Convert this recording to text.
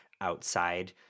outside